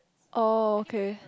oh okay